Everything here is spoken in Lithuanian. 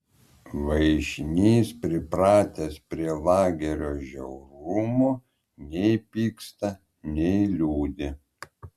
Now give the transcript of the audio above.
vaišnys pripratęs prie lagerio žiaurumo nei pyksta nei liūdi